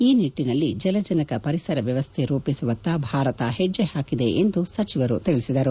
ಈ ನಿಟ್ಟಿನಲ್ಲಿ ಜಲಜನಕ ಪರಿಸರ ವ್ಯವಸ್ಥೆ ರೂಪಿಸುವತ್ತ ಭಾರತ ಹೆಜ್ಜೆ ಹಾಕಿದೆ ಎಂದು ಸಚಿವರು ತಿಳಿಸಿದರು